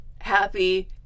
happy